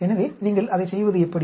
எனவே நீங்கள் அதைச் செய்வது எப்படி